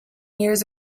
years